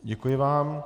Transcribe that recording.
Děkuji vám.